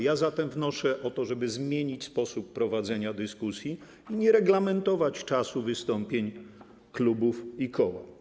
Ja zatem wnoszę o to, żeby zmienić sposób prowadzenia dyskusji i nie reglamentować czasu wystąpień klubów i koła.